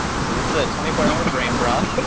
so this is a twenty four hour brain broth.